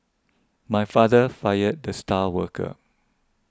my father fired the star worker